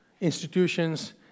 institutions